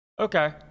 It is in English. okay